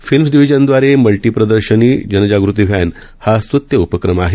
films डिव्हीजनद्वारे multi प्रदर्शनी जनजागृती व्हॅन हा स्त्यूत उपक्रम आहे